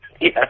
Yes